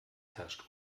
herrscht